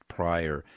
prior